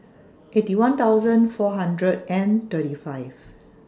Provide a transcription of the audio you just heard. Eighty One thousand four hundred and thirty five